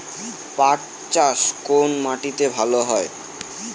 পাট চাষ কোন মাটিতে ভালো হয়?